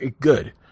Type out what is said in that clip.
good